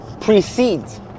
precedes